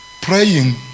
Praying